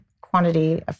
Quantity